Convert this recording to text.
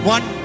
One